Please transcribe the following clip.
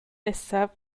nesaf